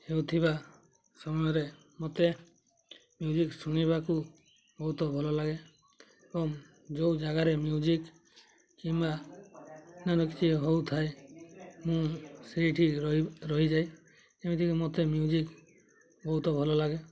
ହେଉଥିବା ସମୟରେ ମୋତେ ମ୍ୟୁଜିକ୍ ଶୁଣିବାକୁ ବହୁତ ଭଲ ଲାଗେ ଏବଂ ଯେଉଁ ଜାଗାରେ ମ୍ୟୁଜିକ୍ କିମ୍ବା ଅନ୍ୟାନ୍ୟ କିଛି ହେଉଥାଏ ମୁଁ ସେଇଠି ରହି ରହିଯାଏ ଏମିତିକି ମୋତେ ମ୍ୟୁଜିକ୍ ବହୁତ ଭଲ ଲାଗେ